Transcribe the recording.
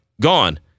gone